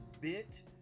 bit